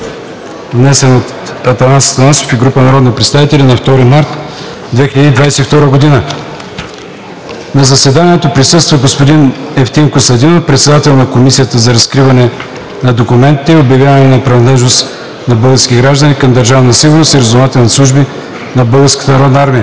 внесен от Атанас Атанасов и група народни представители на 2 март 2022 г. На заседанието присъства господин Евтим Костадинов, председател на Комисията за разкриване на документите и за обявяване на принадлежност на български граждани към Държавна сигурност и разузнавателните служби на Българската народна армия.